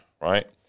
right